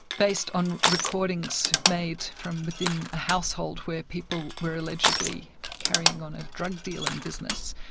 based on recordings made from within a household where people were allegedly carrying on a drug dealing business,